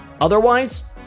Otherwise